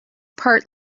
part